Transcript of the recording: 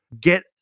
Get